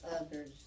others